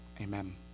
amen